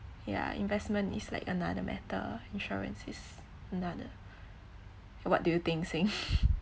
ya investment is like another matter insurance is another so what do you think xing